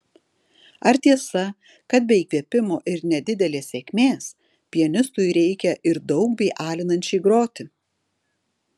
ar tiesa kad be įkvėpimo ir nedidelės sėkmės pianistui reikia ir daug bei alinančiai groti